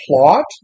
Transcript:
plot